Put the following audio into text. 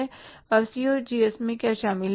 अब COGS में क्या शामिल हैं